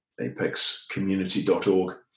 apexcommunity.org